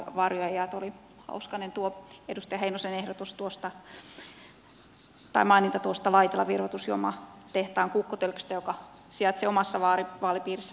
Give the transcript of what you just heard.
ja oli hauska tuo edustaja heinosen maininta tuosta laitilan virvoitusjuomatehtaan kukkotölkistä joka sijaitsee omassa vaalipiirissäni varsinais suomessa